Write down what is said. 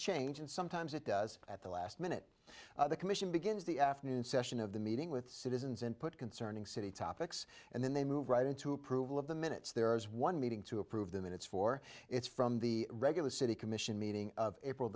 change and sometimes it does at the last minute the commission begins the afternoon session of the meeting with citizens and put concerning city topics and then they move right into approval of the minutes there is one meeting to approve them and it's for it's from the regular city commission meeting of april